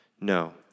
No